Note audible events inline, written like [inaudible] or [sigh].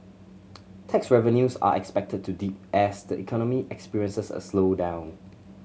[unintelligible] tax revenues are expected to dip as the economy experiences a slowdown